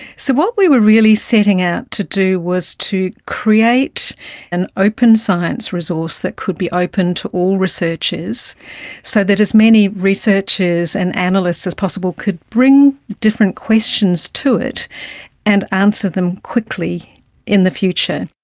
so what we were really setting out to do was to create an open science resource that could be open to all researchers, so that as many researchers and analysts as possible could bring different questions to it and answer them quickly in the future.